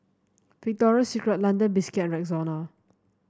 Victoria Secret London Biscuits and Rexona